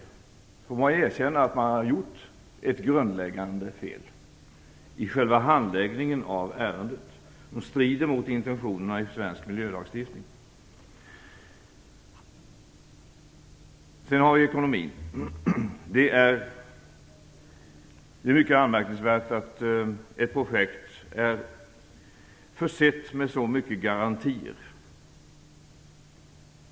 I så fall måste man erkänna att man har gjort ett grundläggande fel i själva handläggningen av ärendet som strider mot intentionerna i den svenska miljölagstiftningen. Jag skall också ta upp ekonomin. Det är mycket anmärkningsvärt att ett projekt är försett med så många garantier.